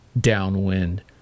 downwind